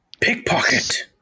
Pickpocket